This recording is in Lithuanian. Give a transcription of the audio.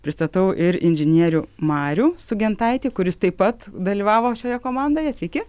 pristatau ir inžinierių marių sugentaitį kuris taip pat dalyvavo šioje komandoje sveiki